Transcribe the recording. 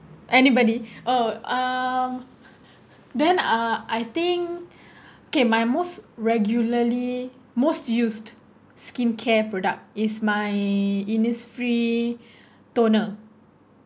anybody oh uh then uh I think okay my most regularly most used skincare product is my Innisfree toner